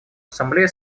ассамблея